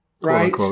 right